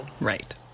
Right